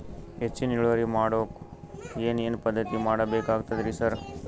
ಹೆಚ್ಚಿನ್ ಇಳುವರಿ ಮಾಡೋಕ್ ಏನ್ ಏನ್ ಪದ್ಧತಿ ಮಾಡಬೇಕಾಗ್ತದ್ರಿ ಸರ್?